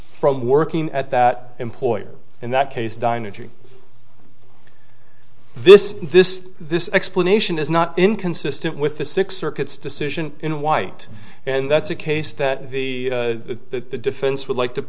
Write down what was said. from working at that employer in that case dynasty this this this explanation is not inconsistent with the six circuits decision in white and that's a case that the defense would like to